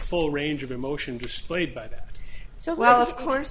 full range of emotion displayed by that so well of course